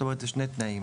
זאת אומרת, אלה שני תנאים.